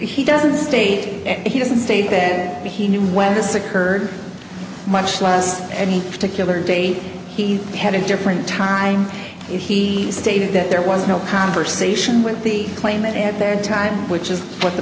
he doesn't state he doesn't state and he knew when this occurred much less any particular date he had a different time he stated that there was no conversation with the claimant at their time which is what the